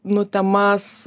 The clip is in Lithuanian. nu temas